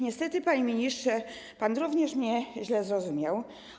Niestety, panie ministrze, pan również mnie źle zrozumiał.